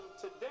today